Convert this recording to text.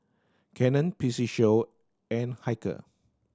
Canon P C Show and Hilker